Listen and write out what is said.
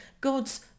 God's